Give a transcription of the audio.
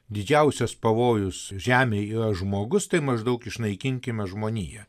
didžiausias pavojus žemėj yra žmogus tai maždaug išnaikinkime žmoniją